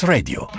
Radio